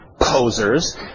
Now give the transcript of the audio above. posers